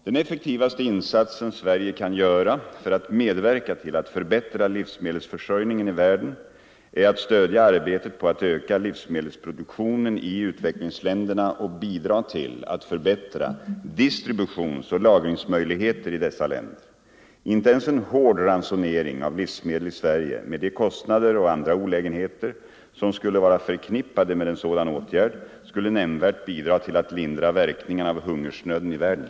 Den effektivaste insatsen Sverige kan göra för att medverka till att förbättra livsmedelsförsörjningen i världen är att stödja arbetet på att öka livsmedelsproduktionen i utvecklingsländerna och bidra till att förbättra distributionsoch lagringsmöjligheter i dessa länder. Inte ens en hård ransonering av livsmedel i Sverige med de kostnader och andra olägenheter som skulle vara förknippade med en sådan åtgärd skulle nämnvärt bidra till att lindra verkningarna av hungersnöden i världen.